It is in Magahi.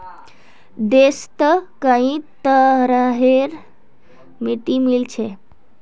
देशत कई तरहरेर मिट्टी मिल छेक